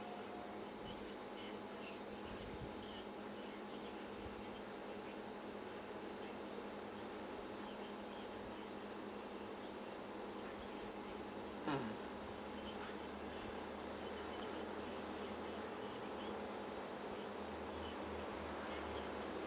mm